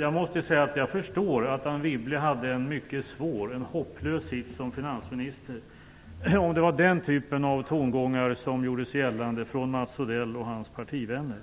Jag måste säga att jag förstår att Anne Wibble hade en mycket svår, ja, rent av hopplös sits som finansminister om det var den typen av tongångar som gjorde sig gällande från Mats Odell och hans partivänner.